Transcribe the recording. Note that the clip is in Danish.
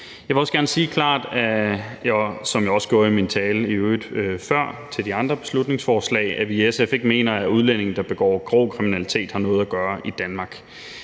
Jeg vil også gerne sige klart, som jeg i øvrigt også gjorde før i min tale til de andre beslutningsforslag, at vi i SF ikke mener, at udlændinge, der begår grov kriminalitet, har noget at gøre i Danmark.